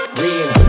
real